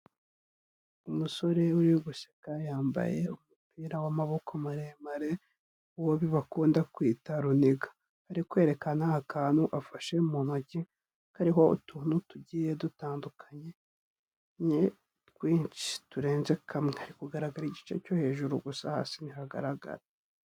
Umusore uri guseka yambaye umupira w'amaboko maremare, uwo bakunda kwita runiga, ari kwerekana akantu afashe mu ntoki, kariho utuntu tugiye dutandukanyeye twinshi turenze kamwe, hari kugaragara igice cyo hejuru gusa, hasi ntihagaragara.